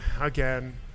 again